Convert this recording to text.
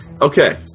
Okay